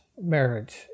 marriage